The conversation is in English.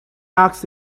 asked